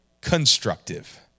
constructive